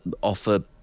offer